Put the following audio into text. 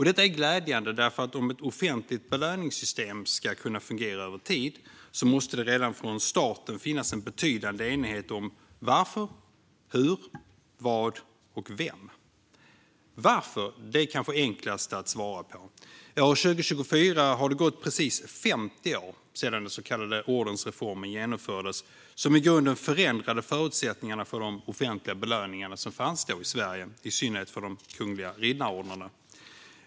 Detta är glädjande, för om ett offentligt belöningssystem ska kunna fungera över tid måste det redan från starten finnas en betydande enighet om varför, hur, vad och vem. Varför är kanske enklast att svara på. År 2024 har det gått precis 50 år sedan den så kallade ordensreformen genomfördes, som i grunden förändrade förutsättningarna för de offentliga belöningar som då fanns i Sverige, i synnerhet för de kungliga riddarordnarna.